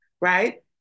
Right